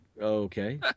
okay